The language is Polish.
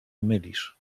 mylisz